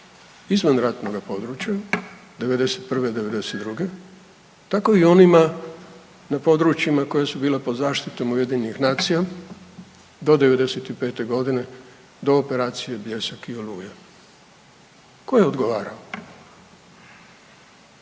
izvan ratnoga područja '91., '92. tako i onima na područjima koja su bila pod zaštitom UN-a do '95. godine do operacije Bljesak i Oluja. Tko je odgovarao?